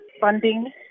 funding